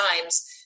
times